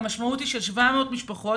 המשמעות של זה היא ש-700 משפחות